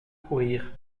courir